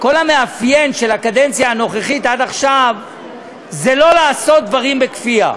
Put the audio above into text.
כל המאפיין של הקדנציה הנוכחית עד עכשיו זה לא לעשות דברים בכפייה.